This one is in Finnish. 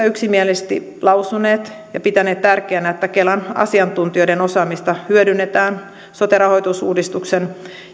yksimielisesti lausuneet ja pitäneet tärkeänä että kelan asiantuntijoiden osaamista hyödynnetään sote rahoitusuudistuksen